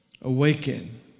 awaken